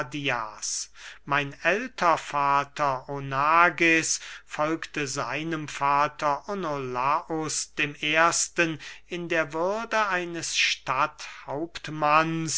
mein ältervater onages folgte seinem vater onolaus dem ersten in der würde eines